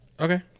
Okay